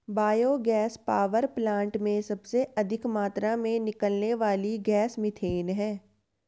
bio gas power plant में सबसे अधिक मात्रा में निकलने वाली गैस मिथेन है